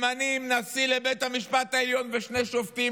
ממנים נשיא לבית המשפט העליון ושני שופטים,